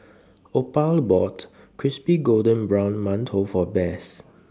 Opal bought Crispy Golden Brown mantou For Bess